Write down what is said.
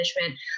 management